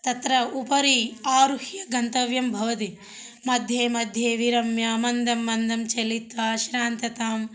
तत्र उपरि आरुह्य गन्तव्यं भवति मध्ये मध्ये विरम्य मन्दं मन्दं चलित्वा श्रान्तताम्